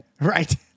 Right